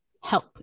help